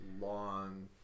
long